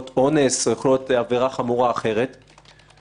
כוונה לפגוע בביטחון המדינה,